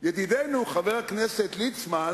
ידידנו חבר הכנסת ליצמן